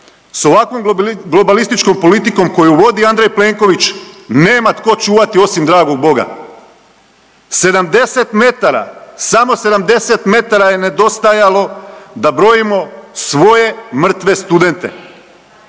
s ovakvom globalističkom politikom koju vodi Andrej Plenković nema tko čuvati osim dragog Boga. 70 metara, samo 70 metara je nedostajalo da brojimo svoje mrtve studente.